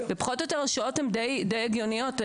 פחות או יותר השעות די הגיוניות.